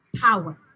power